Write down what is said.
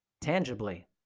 tangibly